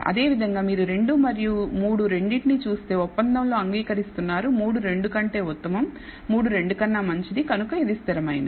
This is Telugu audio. అదేవిధంగా మీరు 2 మరియు 3 రెండింటినీ చూస్తే ఒప్పందంలో అంగీకరిస్తున్నారు 3 2 కంటే ఉత్తమం 3 2 కన్నా మంచిది కనుక ఇది స్థిరమైనది